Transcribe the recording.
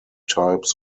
types